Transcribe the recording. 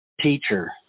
teacher